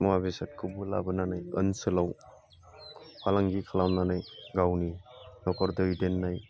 मुवा बेसादखौबो लाबोनानै ओनसोलाव फालांगि खालामनानै गावनि न'खर दैदेननाय